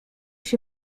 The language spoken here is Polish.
się